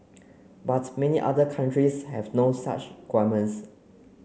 but many other countries have no such requirements